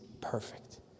perfect